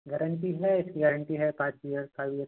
guarantee है इसकी guarantee है पाँच ईयर फाइव ईयर